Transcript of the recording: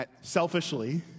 selfishly